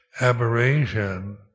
aberration